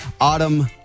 autumn